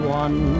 one